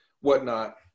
whatnot